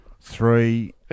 Three